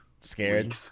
scared